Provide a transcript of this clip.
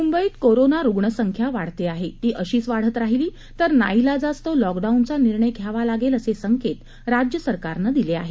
मुंबईत कोरोना रुग्णसंख्या वाढते आहे ती अशीच वाढत राहिली तर नाईलाजास्तव लॉकडाऊनचा निर्णय घ्यावा लागेल असे संकेत राज्य सरकारने दिले आहेत